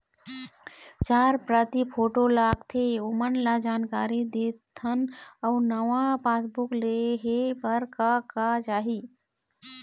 चार प्रति फोटो लगथे ओमन ला जानकारी देथन अऊ नावा पासबुक लेहे बार का का चाही?